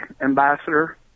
ambassador